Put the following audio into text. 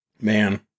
Man